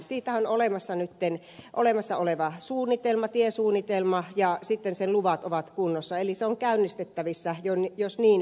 siitähän on olemassa oleva suunnitelma tiesuunnitelma ja sitten sen luvat ovat kunnossa eli se on käynnistettävissä jos niin päätetään